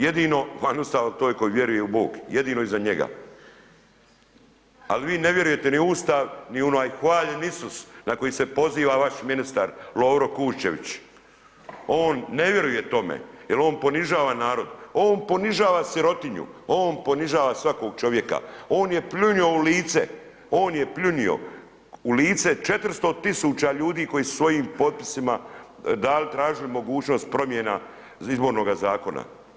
Jedino van Ustava a to je koji vjeruje Bog, jedino za njega, ali vi ne vjerujete ni u Ustav ni u onaj Hvaljen Isus, na koji se poziva vaš ministar Lovro Kuščević, on ne vjeruje tome, jer on ponižava narod, on ponižava sirotinju, on ponižava, svakog čovjeka, on je pljunuo u lice, on je pljunuo u lice 400 tisuća ljudi koji su svojim potpisima dali, tražili mogućnost promjena izbornoga zakona.